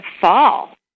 fall